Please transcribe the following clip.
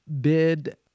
bid